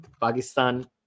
Pakistan